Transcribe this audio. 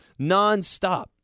nonstop